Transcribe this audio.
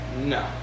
No